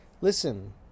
Listen